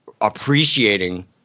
appreciating